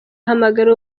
ahamagara